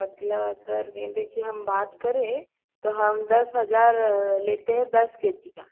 मतलब अगर गेंदे की हम बात करें तो हम दस हजार लेते है दस के जी का